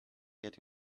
get